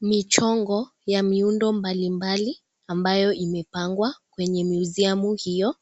Michongo ya miundo mbalimbali ambayo imepangwa kwenye (cs) museumu (cs) hiyo